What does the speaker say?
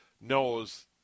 knows